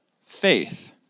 faith